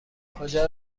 کجا